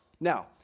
Now